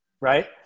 right